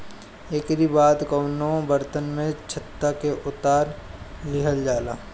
एकरी बाद कवनो बर्तन में छत्ता के उतार लिहल जाला